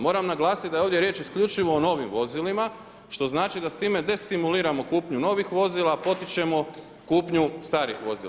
Moram naglasiti da je ovdje riječ isključivo o novim vozilima što znači da s time destimuliramo kupnju novih vozila, potičemo kupnju starih vozila.